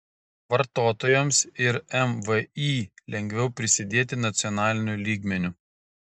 vartotojams ir mvį lengviau prisidėti nacionaliniu lygmeniu